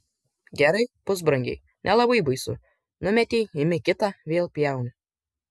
gerai pusbrangiai nelabai baisu numetei imi kitą vėl pjauni